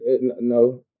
no